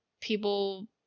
people